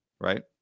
right